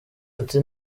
ati